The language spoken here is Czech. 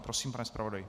Prosím, pane zpravodaji.